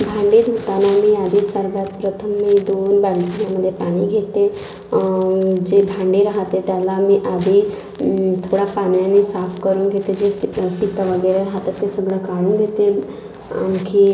भांडे धुतांना मी आधी सर्वात प्रथम मी दोन भांड्यामध्ये पाणी घेते जे भांडे राहते त्याला मी आधी थोडा पाण्याने साफ करून घेते जे शितं शितं वगैरे राहते ते सगळं काढून घेते आणखी